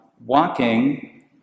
walking